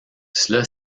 cela